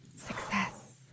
Success